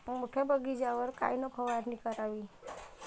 मोठ्या बगीचावर कायन फवारनी करावी?